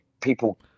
people